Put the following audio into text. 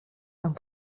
amb